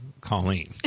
Colleen